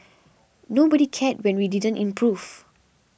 nobody cared when we didn't improve